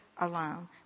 alone